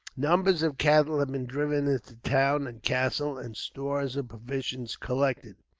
numbers of cattle had been driven into the town and castle, and stores of provisions collected.